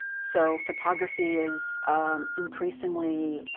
so photography is increasingly,